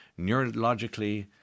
neurologically